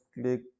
click